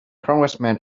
congressman